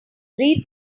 read